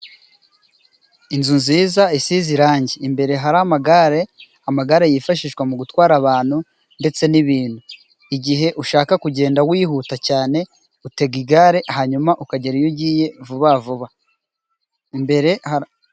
Inzu nziza isize irangi imbere hari amagare. Amagare yifashishwa mu gutwara abantu ndetse n'ibintu. Igihe ushaka kugenda wihuta cyane utega igare hanyuma ukagera iyo ugiye vuba vuba. Mbere...